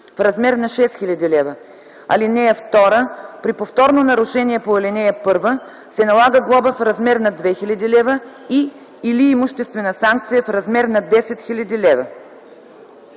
в размер на 6000 лв. (2) При повторно нарушение по ал. 1 се налага глоба в размер на 2000 лв. и/или имуществена санкция в размер на 10 000 лв.”